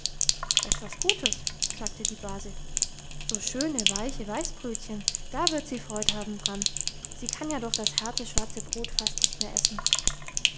etwas gutes sagte die base so schöne weiche weißbrötchen da wird sie freud haben daran sie kann ja doch das harte schwarze brot fast nicht mehr essen